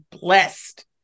blessed